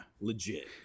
legit